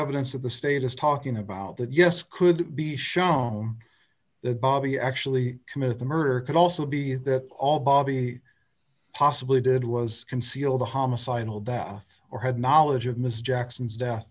evidence of the status talking about that yes could be shown that bobby actually committed the murder could also be that all bobby possibly did was conceal the homicidal death or had knowledge of mr jackson's death